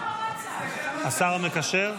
השר המקשר?